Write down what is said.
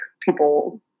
people